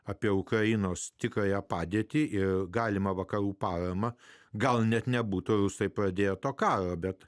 apie ukrainos tikrąją padėtį ir galimą vakarų paramą gal net nebūtų visai pradėto karo bet